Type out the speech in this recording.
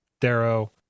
Darrow